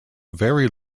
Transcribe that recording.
very